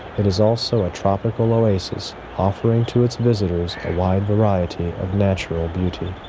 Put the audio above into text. it is also a tropical oasis offering to its visitors a wide variety of natural beauty.